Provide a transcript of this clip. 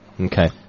Okay